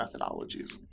methodologies